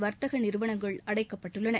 வர்த்தக நிறுவனங்கள் அடைக்கப்பட்டுள்ளன